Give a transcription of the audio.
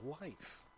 life